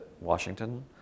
Washington